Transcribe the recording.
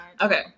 Okay